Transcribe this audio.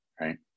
right